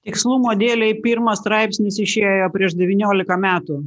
tikslumo dėlei pirmas straipsnis išėjo prieš devynioliką metų